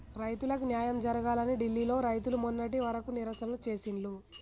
రైతులకు న్యాయం జరగాలని ఢిల్లీ లో రైతులు మొన్నటి వరకు నిరసనలు చేసిండ్లు